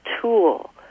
tool